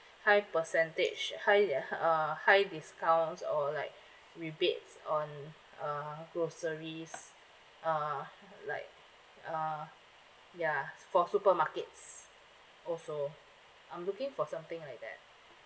high percentage high uh high discounts or like rebates on uh groceries uh like uh ya for supermarkets also I'm looking for something like that